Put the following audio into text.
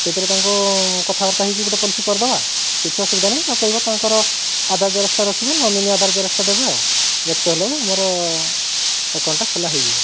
ସେଇଥିରେ ତାଙ୍କୁ କଥାବାର୍ତ୍ତା ହୋଇକରି ଗୋଟିଏ ପଲିସି କରିଦେବା କିଛି ଅସୁବିଧା ନାହିଁ ତାଙ୍କୁ କହିବ ତାଙ୍କର ଆଧାର ଜେରକ୍ସ୍ଟା ରଖିବେ ନୋମିନି ଆଧାର ଜେରକ୍ସଟା ଦବେ ଆଉ ଏତକ ହେଲେ ଆମର ଏକାଉଣ୍ଟ୍ଟା ଖୋଲା ହୋଇଯିବ